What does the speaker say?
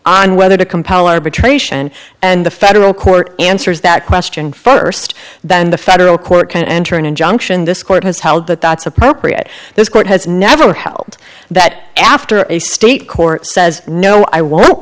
on whether to compel arbitration and the federal court answers that question first then the federal court can enter an injunction this court has held that that's appropriate this court has never held that after a state court says no i won't